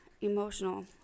emotional